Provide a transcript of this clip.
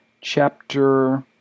chapter